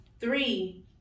three